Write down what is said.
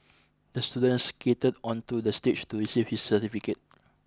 the student skated onto the stage to receive his certificate